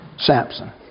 Samson